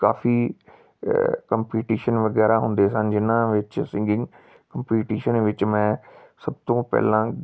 ਕਾਫੀ competition ਵਗੈਰਾ ਹੁੰਦੇ ਸਨ ਜਿਹਨਾਂ ਵਿੱਚ ਸਿੰਗਿੰਗ ਕੰਪੀਟੀਸ਼ਨ ਵਿੱਚ ਮੈਂ ਸਭ ਤੋਂ ਪਹਿਲਾਂ